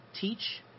Teach